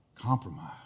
Compromise